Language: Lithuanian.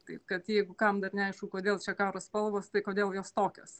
taip kad jeigu kam dar neaišku kodėl čia karo spalvos tai kodėl jos tokios